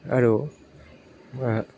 আৰু